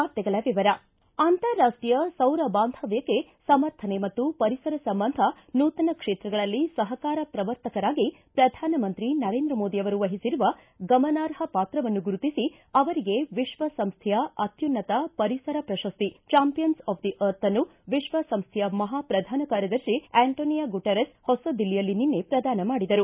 ವಾರ್ತೆಗಳ ವಿವರ ಅಂತಾರಾಷ್ಟೀಯ ಸೌರ ಬಾಂಧವ್ಯಕ್ಕೆ ಸಮರ್ಥನೆ ಮತ್ತು ಪರಿಸರ ಸಂಬಂಧ ನೂತನ ಕ್ಷೇತ್ರಗಳಲ್ಲಿ ಸಹಕಾರ ಪ್ರವರ್ತಕರಾಗಿ ಪ್ರಧಾನಮಂತ್ರಿ ನರೇಂದ್ರ ಮೋದಿ ಅವರು ವಹಿಸಿರುವ ಗಮನಾರ್ಹ ಪಾತ್ರವನ್ನು ಗುರುತಿಸಿ ಅವರಿಗೆ ವಿಶ್ವ ಸಂಸ್ವೆಯ ಅತ್ಯುನ್ನತ ಪರಿಸರ ಪ್ರಶಸ್ತಿ ಚಾಂಪಿಯನ್ಸ್ ಆಫ್ ದಿ ಅರ್ಥ್ ನ್ನು ವಿಶ್ವ ಸಂಸ್ಥೆಯ ಮಹಾ ಪ್ರಧಾನ ಕಾರ್ಯದರ್ಶಿ ಆ್ಕಂಟೊನಿಯೊ ಗುಟೆರಸ್ ಹೊಸ ದಿಲ್ಲಿಯಲ್ಲಿ ನಿನ್ನೆ ಪ್ರದಾನ ಮಾಡಿದರು